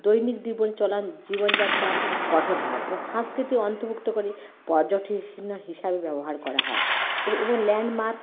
দৈনিক জীবন চলার জীবনযাত্রা গঠন হয় এবং সংস্কৃতি অন্তর্ভুক্ত করে পর্যটন হিসাবে ব্যবহার করা হয় এবং এবং ল্যান্ডমার্ক